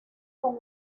con